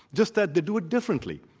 just that they do it differently.